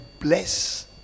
bless